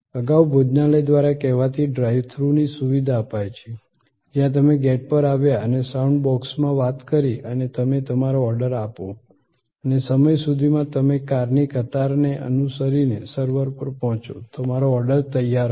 અગાઉ ભોજનાલય દ્વારા કહેવાતી ડ્રાઈવ થ્રુ ની સુવિધા અપાય છે જ્યાં તમે ગેટ પર આવ્યા અને સાઉન્ડ બોક્સમાં વાત કરી અને તમે તમારો ઓર્ડર આપો અને સમય સુધીમાં તમે કારની કતારને અનુસરીને સર્વર પર પહોંચો તમારો ઓર્ડર તૈયાર હતો